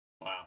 Wow